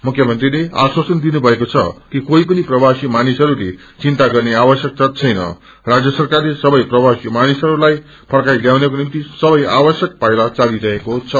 मुख्यमंत्रीले आश्वसन दिनुभएको छ कि कोही पनि प्रवासी मानिसहरूले चिन्ता गर्ने आवश्यकता छैनल राज्य सरकारले सबै प्रवासी मानिसहरूलाई ुर्कई ल्याउनको निम् सबै आवश्यक पाइला चालिरहेको छ